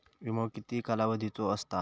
विमो किती कालावधीचो असता?